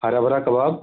हरा भरा कबाब